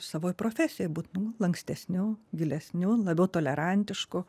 savoj profesijoj būt lankstesniu gilesniu labiau tolerantišku